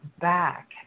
back